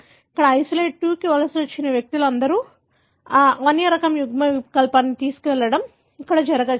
ఇక్కడ ఐసోలేట్ 2 కి వలస వచ్చిన వ్యక్తులు అందరూ అడవి రకం యుగ్మవికల్పాన్ని తీసుకువెళ్లడం ఇక్కడ జరగవచ్చు